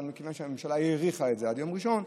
אבל מכיוון שהממשלה האריכה את זה עד יום ראשון,